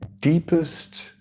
deepest